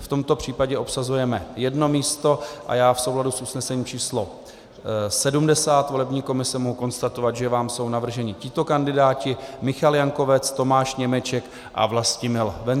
V tomto případě obsazujeme jedno místo a já v souladu s usnesením číslo 70 volební komise mohu konstatovat, že vám jsou navrženi tito kandidáti: Michal Jankovec, Tomáš Němeček a Vlastimil Venclík.